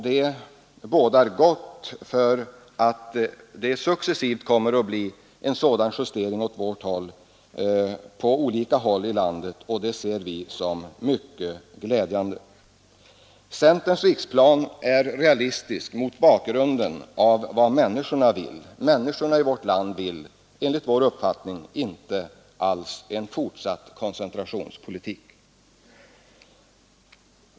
Det bådar gott för att det snart blir liknande justeringar i vår riktning på olika håll i landet. Det ser vi som mycket glädjande. Centerns riksplan är realistisk mot bakgrunden av vad människorna vill. Människorna i vårt land vill enligt vår uppfattning inte alls ha en fortsatt koncentrationspolitik.